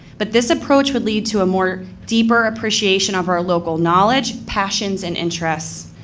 but this approach would lead to a more deeper appreciation of our local knowledge, passions, and interests.